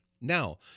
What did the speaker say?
Now